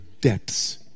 depths